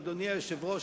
אדוני היושב-ראש,